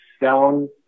down